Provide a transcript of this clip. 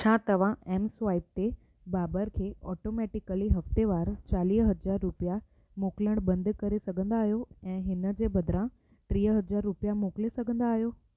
छा तव्हां M swipe ते बाबर खे ऑटोमैटिकली हफ़्तेवार चालीह हज़ार रुपिया मोकिलिणु बंदि करे सघंदा आहियो ऐं हिन जे बदिरां टीह हज़ार रुपिया मोकिले सघंदा आहियो